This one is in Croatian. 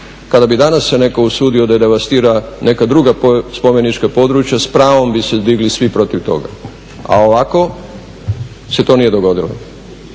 Kada bi se netko danas usudio devastirati neka druga spomenička područja s pravom bi se digli svi protiv toga, a ovako se to nije dogodilo